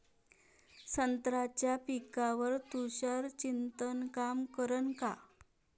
संत्र्याच्या पिकावर तुषार सिंचन काम करन का?